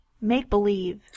Make-believe